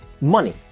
money